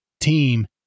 team